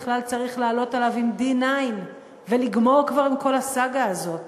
בכלל צריך לעלות עליו עם D9 ולגמור כבר עם כל הסאגה הזאת